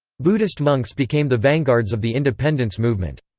buddhist monks became the vanguards of the independence movement.